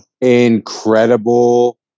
Incredible